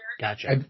Gotcha